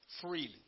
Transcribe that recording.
Freely